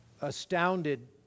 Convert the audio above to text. astounded